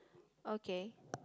okay